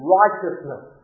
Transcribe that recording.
righteousness